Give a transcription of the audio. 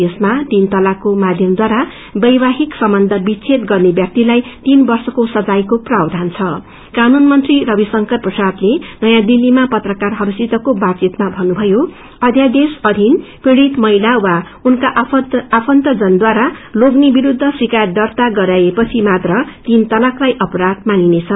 यसमा तीन तलाकको माध्यमद्वारा वैवाहिक सम्बन्ध विच्छेद गर्ने व्याक्तिलाई तीन वर्षको सजायको प्राववधान छ कानून मंत्री रविशंकर प्रसादले नयाँ दिल्लीमा पत्रकारहस्सितको बातचितमा भन्नुभयो अध्यादेश अधीन पीड़ित महिला वा उनका आफन्तद्वारा लोग्ने विरूद्ध शिकायत दर्जा गराइएपशिछमात्र तीन तलाकलाइ अपराध मानिनेछ